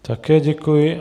Také děkuji.